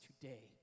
today